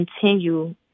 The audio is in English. continue